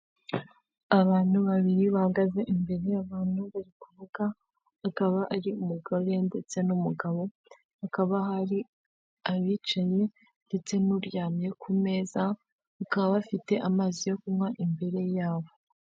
Abantu babiri bahagaze imbere y'abantu bari kuvuga, hakaba ari umugore ndetse n'umugabo, hakaba hari abicaye ndetse n'uryamye ku meza, bakaba bafite amazi yo kunywa imbere yabo.